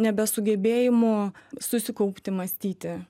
nebesugebėjimu susikaupti mąstyti